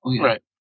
Right